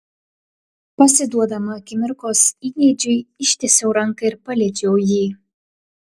pasiduodama akimirkos įgeidžiui ištiesiau ranką ir paliečiau jį